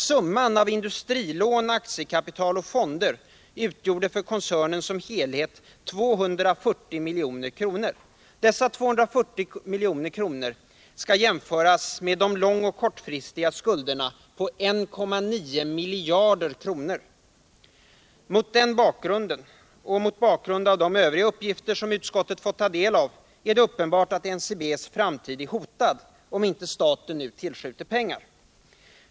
Summan av industrilån, aktiekapital och fonder utgjorde för koncernen som helhet 240 milj.kr. Dessa 240 milj.kr. skall jämföras med de långoch kortfristiga skulderna på 1,9 miljarder kronor. Mot den bakgrunden och mot bakgrund av de övriga uppgifter som utskottet har fått ta del av, är det uppenbart att NCB:s framtid är hotad, om inte staten nu tillskjuter pengar.